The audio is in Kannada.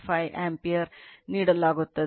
5 ಆಂಪಿಯರ್ ನೀಡಲಾಗುತ್ತದೆ